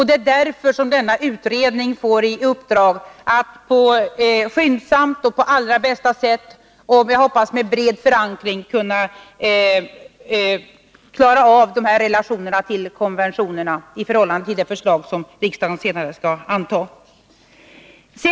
Det är därför utredningen får i uppdrag att skyndsamt, på allra bästa sätt och, som jag hoppas, med bred förankring finna en lösning på frågan om relationerna till konventionerna när det gäller det här förslaget.